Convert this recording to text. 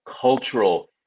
cultural